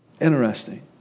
Interesting